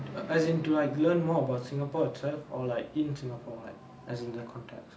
as in to like learn more about singapore itself or like in singapore like as in the context